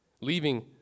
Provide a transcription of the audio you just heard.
leaving